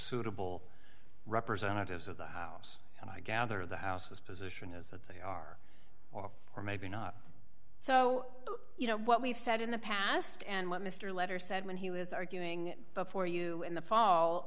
suitable representatives of the house and i gather the house's position is that they are or or maybe not so you know what we've said in the past and what mr letter said when he was arguing before you in the fall